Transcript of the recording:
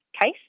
case